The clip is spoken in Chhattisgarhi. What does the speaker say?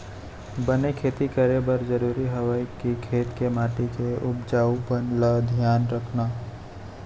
बने खेती करे बर जरूरी हवय कि खेत के माटी के उपजाऊपन ल धियान रखना